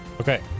okay